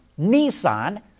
Nissan